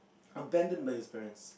abandoned by his parents